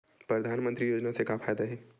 परधानमंतरी योजना से का फ़ायदा हे?